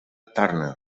turner